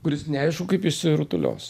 kuris neaišku kaip išsirutulios